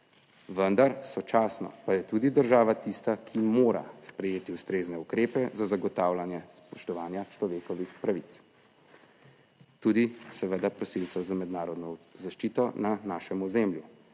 vendar sočasno pa je tudi država tista, ki mora sprejeti ustrezne ukrepe za zagotavljanje spoštovanja človekovih pravic - tudi seveda prosilcev za mednarodno zaščito na našem ozemlju.